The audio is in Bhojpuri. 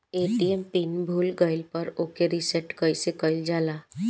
ए.टी.एम पीन भूल गईल पर ओके रीसेट कइसे कइल जाला?